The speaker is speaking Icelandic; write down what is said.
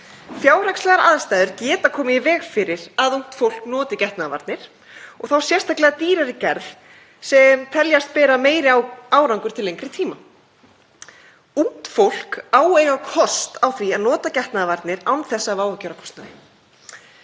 Fjárhagslegar aðstæður geta komið í veg fyrir að ungt fólk noti getnaðarvarnir og þá sérstaklega dýrari gerðir sem teljast bera meiri árangur til lengri tíma. Ungt fólk á að eiga kost á því að nota getnaðarvarnir án þess að hafa áhyggjur af kostnaði.